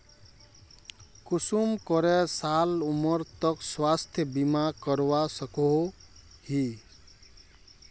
कुंसम करे साल उमर तक स्वास्थ्य बीमा करवा सकोहो ही?